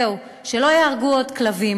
זהו, שלא יהרגו עוד כלבים.